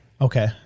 Okay